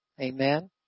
amen